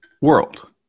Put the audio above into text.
world